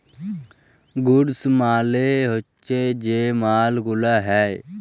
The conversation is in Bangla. গুডস মালে হচ্যে যে মাল গুলা হ্যয়